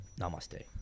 Namaste